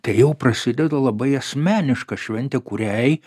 tai jau prasideda labai asmeniška šventė kuriai